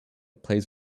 plays